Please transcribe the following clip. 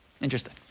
Interesting